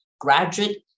graduate